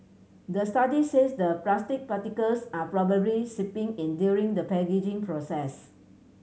the study says the plastic particles are probably seeping in during the packaging process